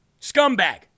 Scumbag